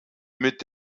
mit